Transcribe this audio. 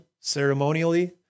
ceremonially